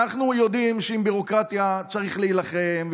אנחנו יודעים שבביורוקרטיה צריך להילחם,